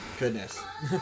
goodness